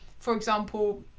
for example,